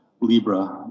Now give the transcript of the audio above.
Libra